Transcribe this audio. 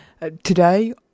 today